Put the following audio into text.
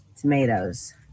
tomatoes